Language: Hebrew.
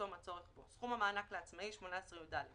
סכום הכנסתו החייבת לשנת המס 2018